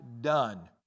done